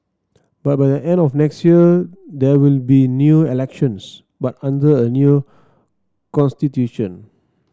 but by the end of next year there will be new elections but under a new constitution